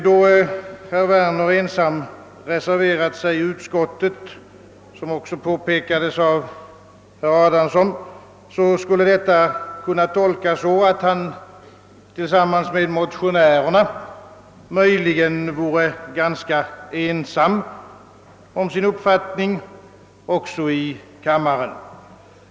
Att herr Werner ensam reserverat sig i utskottet — vilket också påpekades av herr Adamsson — skulle kunna tolkas så, att han tillsammans med motionärerna möj ligen vore ganska ensam om sin uppfattning också i kammaren.